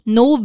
no